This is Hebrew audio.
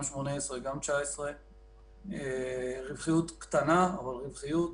גם 2018 וגם 2019. רווחיות קטנה אבל רווחיות.